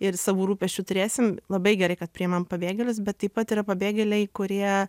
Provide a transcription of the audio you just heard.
ir savų rūpesčių turėsim labai gerai kad priimam pabėgėlius bet taip pat yra pabėgėliai kurie